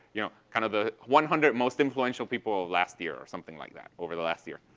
you know kind of the one hundred most influential people of last year. or something like that over the last year.